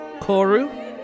Koru